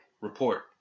report